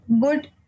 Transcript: good